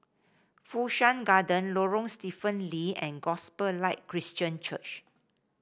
Fu Shan Garden Lorong Stephen Lee and Gospel Light Christian Church